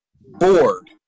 bored